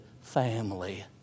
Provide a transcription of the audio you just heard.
family